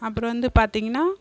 அப்புறம் வந்து பார்த்திங்கனா